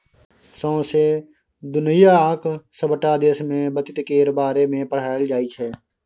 सौंसे दुनियाक सबटा देश मे बित्त केर बारे मे पढ़ाएल जाइ छै